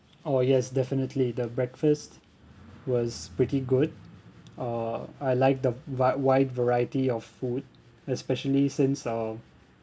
orh yes definitely the breakfast was pretty good uh I like the vi~ wide variety of food especially since uh